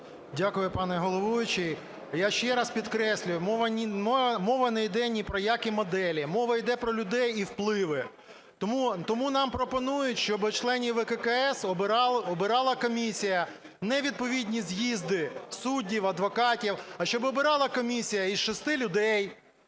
Дякую, пане головуючий. Я ще раз підкреслюю, мова не йде ні про які моделі, мова йде про людей і впливи. Тому нам пропонують, щоби членів ВККС обирала комісія. Не відповідні з'їзди суддів, адвокатів, а щоб обирала комісія із шести людей,